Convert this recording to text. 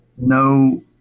no